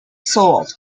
sold